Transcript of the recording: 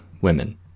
women